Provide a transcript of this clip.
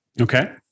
Okay